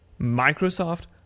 microsoft